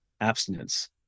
abstinence